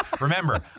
Remember